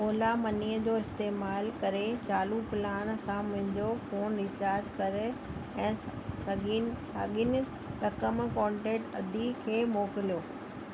ओला मनीअ जो इस्तेमाल करे चालू प्लान सां मुंहिंजो फ़ोन रिचार्ज कर ऐं सॻियुनि साॻियुनि रक़म कॉन्टेक्ट अदी खे मोकिलियो